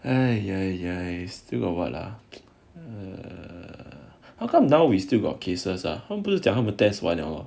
how come now we still got cases !huh! 不是讲他们 test 完了